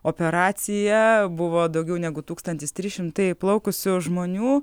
operacija buvo daugiau negu tūkstantis trys šimtai plaukusių žmonių